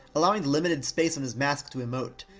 allowing the limited space on his mask to emote.